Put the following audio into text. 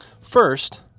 First